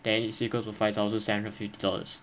then is equal to five thousand seven hundred fifty dollars